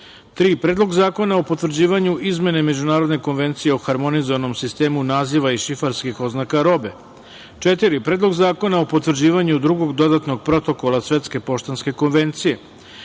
Predlog zakona o potvrđivanju izmene Međunarodne konvencije o Harmonizovanom sistemu naziva i šifarskih oznaka robe;4. Predlog zakona o potvrđivanju Drugog dodatnog protokola Svetske poštanske konvencije;5.